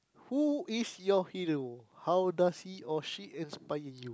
who is your hero how does he or she inspire you